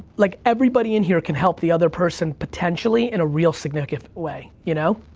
like, everybody in here can help the other person, potentially, in a real significant way, you know?